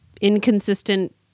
inconsistent